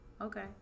Okay